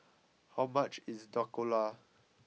how much is Dhokla